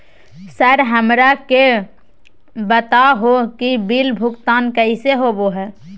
Sir हमरा के बता हो कि बिल भुगतान कैसे होबो है?